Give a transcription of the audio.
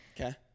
okay